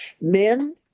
men